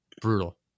brutal